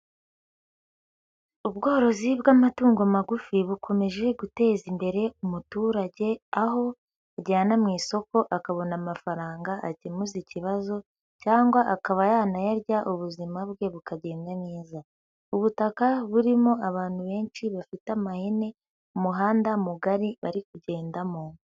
Ubworozi bw'amatungo magufi bukomeje guteza imbere umuturage, aho ajyana mu isoko akabona amafaranga akemuza ikibazo, cyangwa akaba yanayarya ubuzima bwe bukagenda neza, ubutaka burimo abantu benshi bafite amahene, umuhanda mugari bari kugendamo.